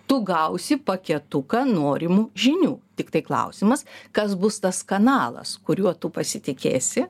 tu gausi paketuką norimų žinių tiktai klausimas kas bus tas kanalas kuriuo tu pasitikėsi